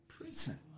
prison